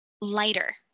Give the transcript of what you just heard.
lighter